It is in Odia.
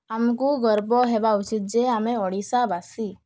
ଆମକୁ ଗର୍ବ ହେବା ଉଚିତ୍ ଯେ ଆମେ ଓଡ଼ିଶାବାସୀ